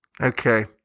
Okay